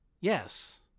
Yes